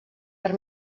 per